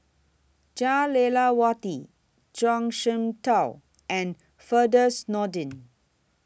Jah Lelawati Zhuang Shengtao and Firdaus Nordin